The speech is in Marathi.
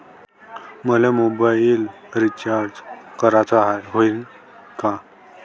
मले मोबाईल रिचार्ज कराचा हाय, होईनं का?